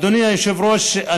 אדוני היושב-ראש,